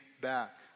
back